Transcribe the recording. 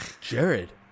Jared